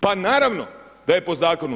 Pa naravno da je po zakonu.